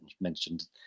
mentioned